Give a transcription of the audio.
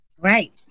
Right